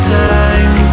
time